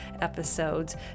episodes